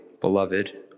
beloved